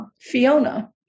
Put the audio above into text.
Fiona